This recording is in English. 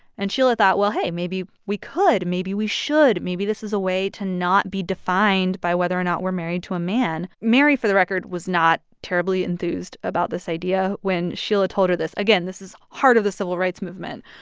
and sheila thought, well, hey, maybe we could. maybe we should. maybe this is a way to not be defined by whether or not we're married to a man. mary, for the record, was not terribly enthused about this idea when sheila told her this again, this is heart of the civil rights movement.